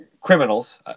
criminals